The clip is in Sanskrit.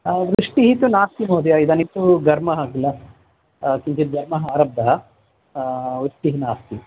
वृष्टिः तु नास्ति महोदय इदानीं तु घर्मः किल किञ्चित् घर्मः आरब्धः वृष्टिः नास्ति